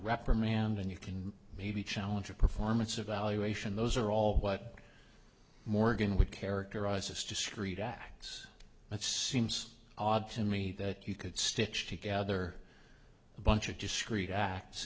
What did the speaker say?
reprimand and you can maybe challenge a performance evaluation those are all what morgan would characterize as discrete acts it seems odd to me that you could stitch together a bunch of discreet acts